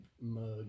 mug